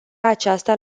aceasta